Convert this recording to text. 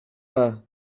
pas